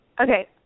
Okay